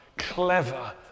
clever